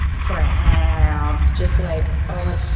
framp, yeah um just like oh, my